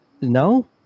No